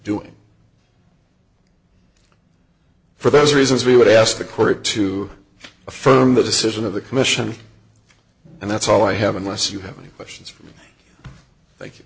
doing for those reasons we would ask the court to affirm the decision of the commission and that's all i have unless you have any questions